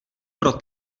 pro